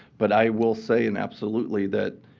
but i will say in absolutely that